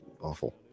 awful